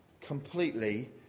completely